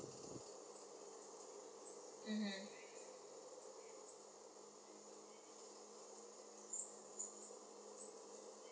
mmhmm